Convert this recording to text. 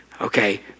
Okay